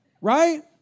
Right